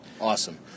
awesome